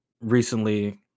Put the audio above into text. recently